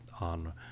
on